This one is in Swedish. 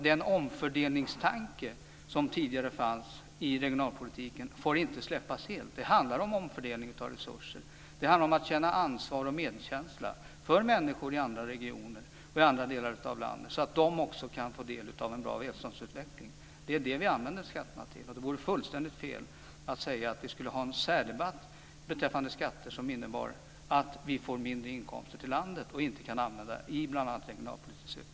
Den omfördelningstanke som tidigare fanns i regionalpolitiken får inte släppas helt. Det handlar om en omfördelning av resurser och om att känna ansvar och ha medkänsla för människor i andra regioner, i andra delar av landet så att också de kan få del av en bra välståndsutveckling. Det är detta som vi använder skattepengarna till. Det vore fullständigt fel att säga att vi ska ha en särdebatt om skatterna - om att vi får mindre inkomster till landet och inte kan använda pengarna i bl.a. regionalpolitiskt syfte.